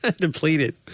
Depleted